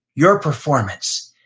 your performance?